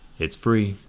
it's free.